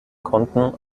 konnten